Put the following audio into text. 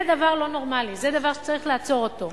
זה דבר לא נורמלי, זה דבר שצריך לעצור אותו.